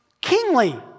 kingly